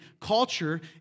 Culture